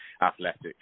Athletics